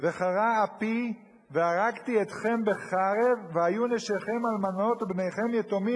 וחרה אפי והרגתי אתכם בחרב והיו נשיכם אלמנות ובניכם יתומים,